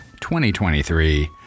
2023